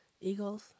Eagles